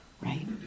right